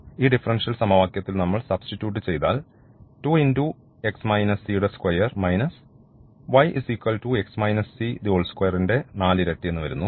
ഈ ഡിഫറൻഷ്യൽ സമവാക്യത്തിൽ നമ്മൾ സബ്സ്റ്റിട്യൂട് ചെയ്താൽ 2 യുടെ സ്ക്വയർ മൈനസ് y 2 ന്റെ നാലിരട്ടി എന്നു വരുന്നു